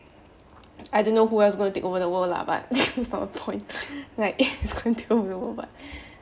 I don't know who else going to take over the world lah but it's not the point like it's going to